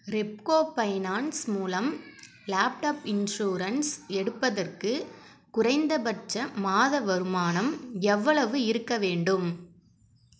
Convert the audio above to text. Repco finance மூலம் laptop insurance எடுப்பதற்கு குறைந்தபட்சம் மாத வருமானம் எவ்வளவு இருக்கவேண்டும்